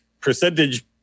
percentage